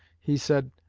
he said,